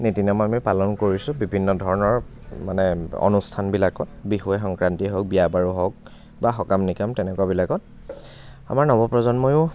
নীতি নিয়ম আমি পালন কৰিছোঁ বিভিন্ন ধৰণৰ মানে অনুষ্ঠানবিলাকত বিহুৱে সংক্ৰান্তিয়ে হওক বিয়া বাৰু হওক বা সকাম নিকাম তেনেকুৱাবিলাকত আমাৰ নৱপ্ৰজন্মইও